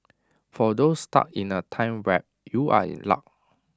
for those stuck in A time warp you are in luck